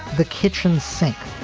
the kitchen sink,